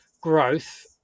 growth